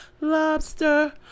lobster